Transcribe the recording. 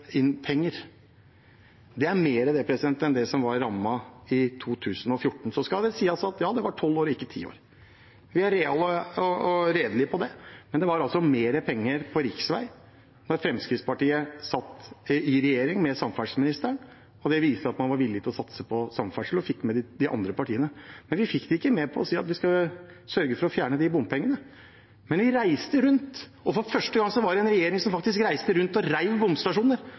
Det er mer enn det som var rammen i 2014. Så skal det sies at ja, det var tolv år, ikke ti år. Vi er reale og redelige på det, men det var altså mer penger til riksvei da Fremskrittspartiet satt i regjering med samferdselsministeren. Det viser at man var villig til å satse på samferdsel og fikk med de andre partiene. Men vi fikk dem ikke med på å si at vi skal sørge for å fjerne bompengene. Men vi reiste rundt, og for første gang var det en regjering som faktisk reiste rundt og rev bomstasjoner,